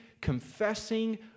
confessing